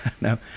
No